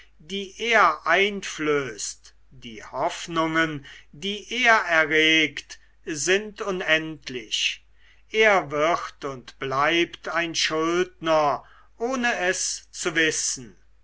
die er einflößt die hoffnungen die er erregt sind unendlich er wird und bleibt ein schuldner ohne es zu wissen